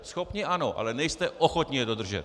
Schopni ano, ale nejste ochotni je dodržet.